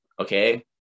okay